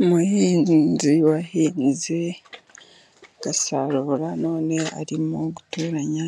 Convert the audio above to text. Umuhinzi wahinze agasarura none arimo gutoranya